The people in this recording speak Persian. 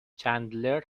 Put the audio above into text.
چندلر